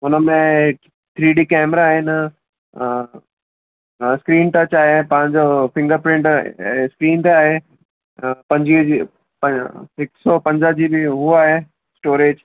हुन में three D camera आहिनि स्क्रीन टच आहे तव्हांजो फिंगर प्रिंट स्क्रीन ते आहे पंज जी हिकु सौ पंजाह जीबी हू आहे स्टोरेज